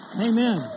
Amen